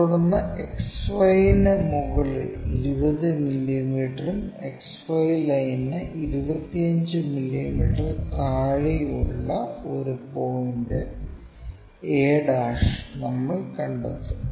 തുടർന്ന് XY ന് മുകളിൽ 20 മില്ലീമീറ്ററും XY ലൈനിന് 25 മില്ലീമീറ്റർ താഴെയുള്ള ഒരു പോയിന്റ് a നമ്മൾ കണ്ടെത്തും